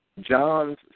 John's